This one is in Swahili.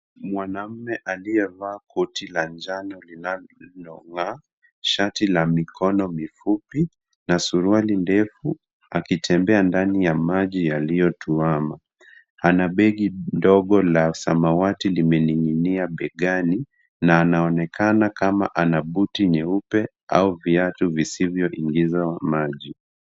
Mwanaume aliyevaa koti la njano linalong'aa, shati la mikono mifupi na suruali ndefu akitembea ndani ya maji yaliyotuama. Ana begi ndogo la samwati limening'inia begani na anaonekana kama ana buti nyeupe au viatu visivyoingiza maji.